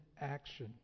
action